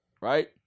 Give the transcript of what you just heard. right